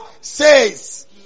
says